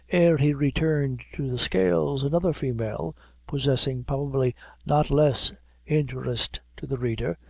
ere he returned to the scales, another female possessing probably not less interest to the reader,